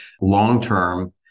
long-term